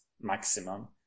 maximum